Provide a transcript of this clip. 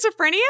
schizophrenia